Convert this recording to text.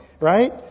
right